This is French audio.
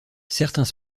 certains